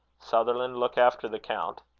sutherland, look after the count.